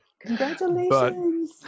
Congratulations